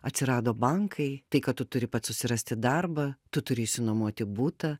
atsirado bankai tai kad tu turi pats susirasti darbą tu turi išsinuomoti butą